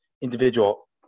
individual